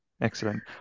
Excellent